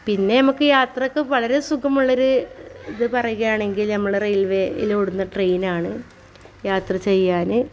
പിന്നെ നമുക്ക് യാത്രയ്ക്ക് വളരെ സുഖമുള്ളൊരു ഇത് പറയുകയാണെങ്കിൽ നമ്മളെ റെയിൽവേയിലോടുന്ന ട്രെയിൻ ആണ് യാത്ര ചെയ്യാൻ